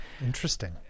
interesting